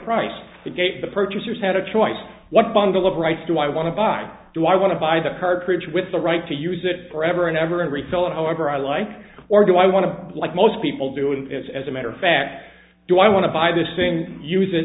price the gate the purchasers had a choice what bundle of rights do i want to buy do i want to buy the cards with the right to use it forever and ever and resell it however i like or do i want to block most people doing it as a matter of fact do i want to buy this thing use it